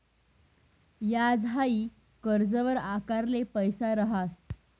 याज हाई कर्जवर आकारेल पैसा रहास